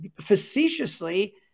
facetiously